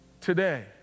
today